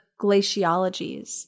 glaciologies